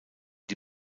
die